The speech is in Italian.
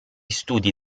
studi